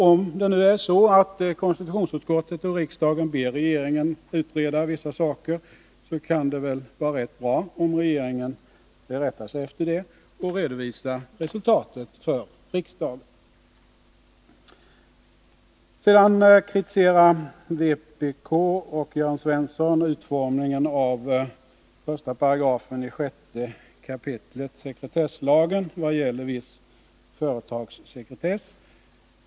Om nu konstitutionsutskottet och riksdagen ber regeringen utreda vissa saker, så kan det väl vara rätt bra om regeringen rättar sig efter det och redovisar resultatet för riksdagen. Sedan kritiserar vpk och Jörn Svensson utformningen av 6 kap. 1 § sekretesslagen vad gäller viss företagssekretess.